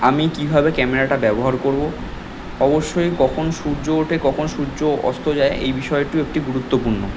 আমি কী ভাবে ক্যামেরাটা ব্যবহার করবো অবশ্যই কখন সূর্য ওঠে কখন সূর্য অস্ত যায় এই বিষয়টিও একটি গুরুত্বপূর্ণ